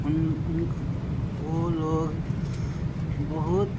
हुन हुनक ओ लोक बहुत